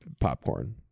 popcorn